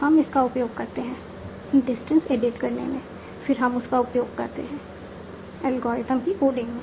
तो हम उस का उपयोग करते हैं डिस्टेंस एडिट करने में फिर हम उस का उपयोग करते हैं एल्गोरिथ्म की कोडिंग में